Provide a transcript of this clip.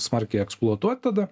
smarkiai eksploatuot tada